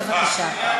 בבקשה.